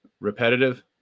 repetitive